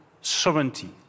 sovereignty